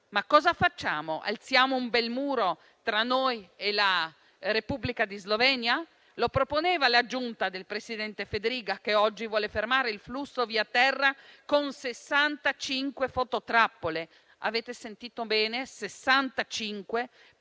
ma cosa facciamo? Alziamo un bel muro tra noi e la Repubblica di Slovenia? Lo proponeva la giunta del presidente Fedriga che oggi vuole fermare il flusso via terra con 65 fototrappole. Avete sentito bene: 65,